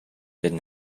did